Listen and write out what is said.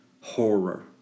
horror